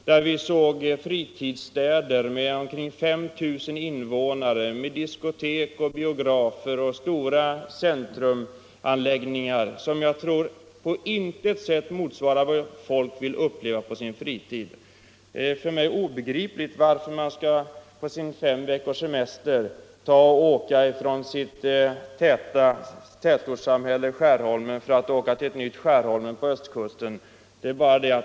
Vi såg där fritidsstäder med omkring 5 000 invånare, med diskotek, biografer och stora centrumanläggningar, som jag tror på intet sätt motsvarar vad folk vill ha på sin fritid. Det är för mig obegripligt varför man på sin fem veckors semester skall åka från sitt tätortssamhälle Skärholmen till ett nytt Skärholmen på östkusten.